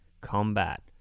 combat